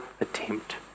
attempt